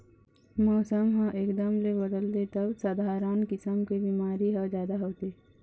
मउसम ह एकदम ले बदलथे तब सधारन किसम के बिमारी ह जादा होथे